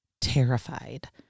terrified